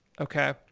okay